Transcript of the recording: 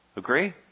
Agree